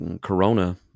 Corona